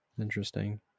Interesting